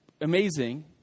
amazing